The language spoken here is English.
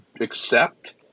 accept